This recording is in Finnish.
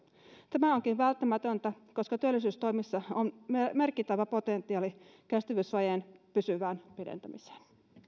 tämä onkin välttämätöntä koska työllisyystoimissa on merkittävä potentiaali kestävyysvajeen pysyvään pienentämiseen